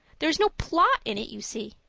there is no plot in it, you see.